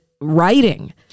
writing